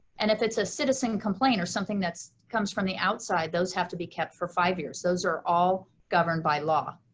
and if it's a citizen complaint or something that comes from the outside, those have to be kept for five years those are all governed by law.